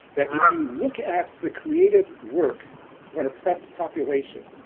that if you look at the creative work on an oppressed population,